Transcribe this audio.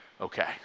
okay